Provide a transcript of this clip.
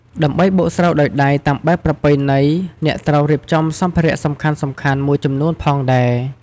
ដើម្បីបុកស្រូវដោយដៃតាមបែបប្រពៃណី អ្នកត្រូវរៀបចំសម្ភារៈសំខាន់ៗមួយចំនួនផងដែរ។